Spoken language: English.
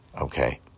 Okay